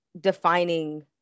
defining